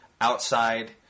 Outside